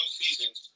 seasons